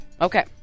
Okay